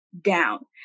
down